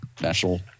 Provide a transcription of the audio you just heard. National